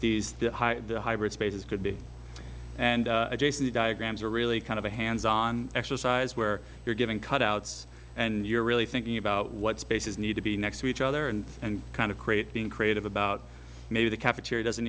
could be and the diagrams are really kind of a hands on exercise where you're giving cutouts and you're really thinking about what spaces need to be next to each other and and kind of create being creative about maybe the cafeteria doesn't